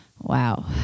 Wow